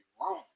wrong